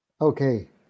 Okay